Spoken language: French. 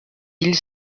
îles